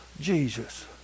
Jesus